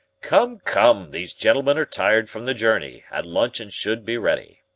come, come, these gentlemen are tired from the journey, and luncheon should be ready.